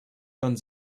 guns